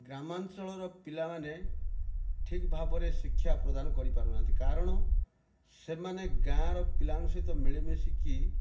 ଗ୍ରାମାଞ୍ଚଳର ପିଲାମାନେ ଠିକ ଭାବରେ ଶିକ୍ଷା ପ୍ରଦାନ କରିପାରୁ ନାହାନ୍ତି କାରଣ ସେମାନେ ଗାଁର ପିଲାଙ୍କ ସହିତ ମିଳିମିଶିକି